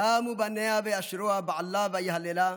קמו בניה ויאשרוה בעלה ויהללה.